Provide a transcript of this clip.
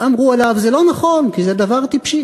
אמרו אליו, זה לא נכון, כי זה דבר טיפשי/